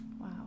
Wow